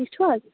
ٹھیٖک چھُۄ حظ